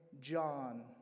John